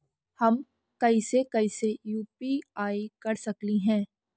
हम कैसे कैसे यु.पी.आई कर सकली हे?